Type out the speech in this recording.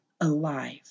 alive